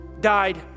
died